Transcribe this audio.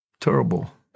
Terrible